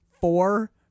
four